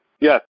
Yes